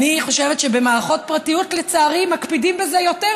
אני חושבת שבמערכות פרטיות לצערי מקפידים בזה יותר,